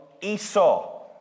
Esau